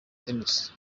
tennis